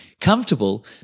comfortable